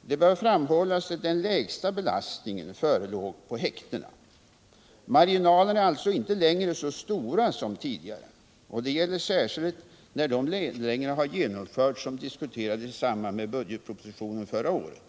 Det bör dock framhållas att den lägsta belastningen förelåg på häktena. Marginalerna är alltså inte längre så stora som tidigare. Detta gäller särskilt när de nedläggningar har genomförts som diskuterades i samband med budgetpropositionen förra året.